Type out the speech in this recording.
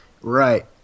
Right